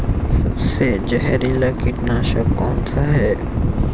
सबसे जहरीला कीटनाशक कौन सा है?